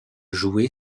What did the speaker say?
joué